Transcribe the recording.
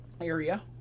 area